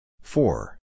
Four